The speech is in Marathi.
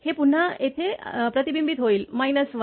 हे पुन्हा येथे प्रतिबिंबित होईल 1